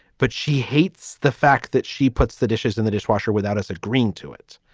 but she hates the fact that she puts the dishes in the dishwasher without us agreeing to it.